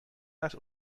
است